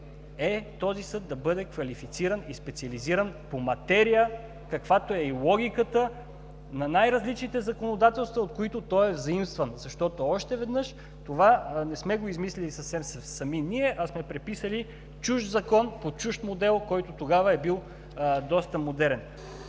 е този съд да бъде квалифициран и специализиран по материя, каквато е и логиката на най-различните законодателства, от които той е взаимстван. Защото, още веднъж, това не сме го измислили съвсем сами ние, а сме преписали чужд закон по чужд модел, който тогава е бил доста модерен.